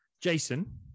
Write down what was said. Jason